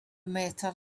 metal